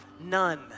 None